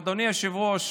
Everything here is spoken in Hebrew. אדוני היושב-ראש,